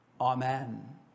Amen